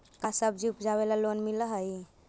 का सब्जी उपजाबेला लोन मिलै हई?